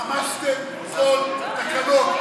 רמסתם כל תקנון.